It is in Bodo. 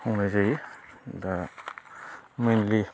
मावनाय जायो दा मेइनलि